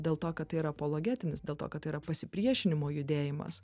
dėl to kad tai yra apologetinis dėl to kad tai yra pasipriešinimo judėjimas